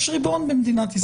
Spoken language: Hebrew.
יש ריבון במדינת ישראל.